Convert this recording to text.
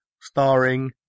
starring